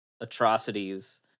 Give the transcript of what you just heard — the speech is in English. atrocities